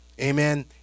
Amen